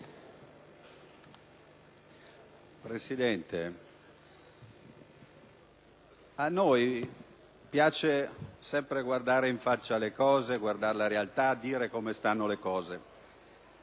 Presidente, a noi piace sempre guardare in faccia la realtà e dire come stanno le cose.